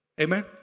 Amen